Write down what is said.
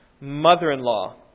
mother-in-law